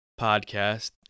podcast